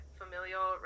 familial